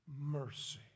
mercy